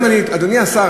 אדוני השר,